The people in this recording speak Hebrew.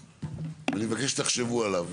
אני מבקש שתחשבו עליו,